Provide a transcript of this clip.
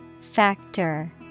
Factor